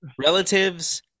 relatives